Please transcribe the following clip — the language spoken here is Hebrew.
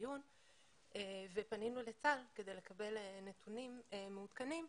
הדיון ופנינו לצה"ל כדי לקבל נתונים מעודכנים.